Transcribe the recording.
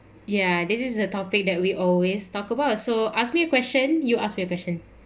ya this is a topic that we always talk about so ask me a question you ask me a question